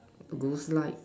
two ghost light